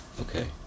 Okay